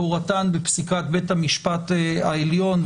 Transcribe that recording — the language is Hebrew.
הורתן בפסיקת בית המשפט העליון,